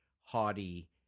haughty